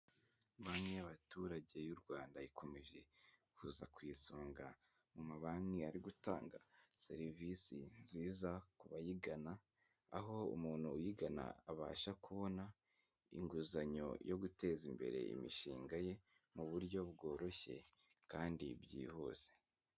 Banki y'abaturage y'u Rwanda ikomeje kuza ku isonga mu mabanki ari gutanga serivisi nziza ku bayigana, aho umuntu uyigana abasha kubona inguzanyo yo guteza imbere imishinga ye mu buryo bworoshye kandi byihuse.